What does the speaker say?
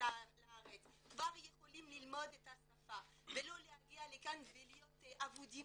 לארץ כבר יכולים ללמוד את השפה ולא להגיע לכאן ולהיות אבודים